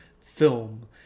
film